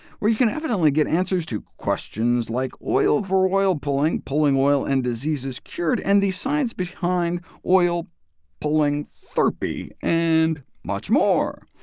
where you can evidently get answers to questions like oil for oil pulling, pulling oil and diseases cured, and the science behind oil pulling therpy and much more.